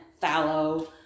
fallow